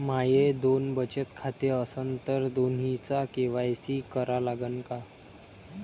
माये दोन बचत खाते असन तर दोन्हीचा के.वाय.सी करा लागन का?